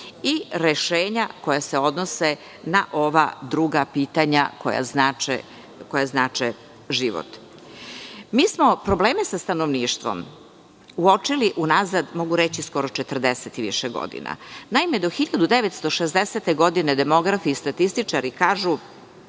i rešenja koja se odnose na ova druga pitanja koja znače život. Mi smo probleme sa stanovništvom uočili, unazad skoro 40 i više godina. Do 1960. godine demografi i statističari kažu